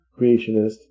creationist